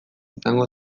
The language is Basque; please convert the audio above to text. izango